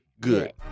good